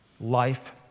Life